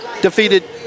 defeated